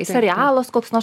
serialas koks nors